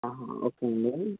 okay అండి